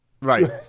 right